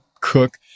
cook